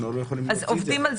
אנחנו לא יכולים להוציא את זה